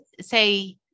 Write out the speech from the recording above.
say